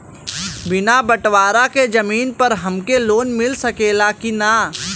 बिना बटवारा के जमीन पर हमके लोन मिल सकेला की ना?